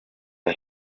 ati